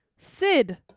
Sid